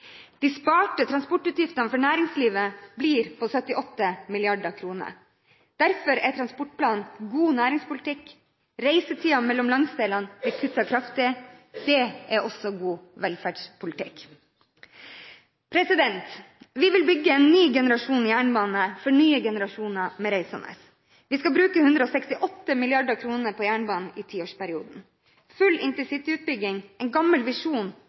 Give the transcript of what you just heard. De sparte transportutgiftene for næringslivet blir på 78 mrd. kr. Derfor er transportplanen god næringspolitikk. Reisetiden mellom landsdelene blir kuttet kraftig, det er også god velferdspolitikk. Vi vil bygge en ny generasjon jernbane for nye generasjoner med reisende. Vi skal bruke 168 mrd. kr på jernbanen i tiårsperioden. Full intercityutbygging – en gammel visjon